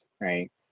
right